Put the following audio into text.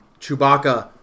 Chewbacca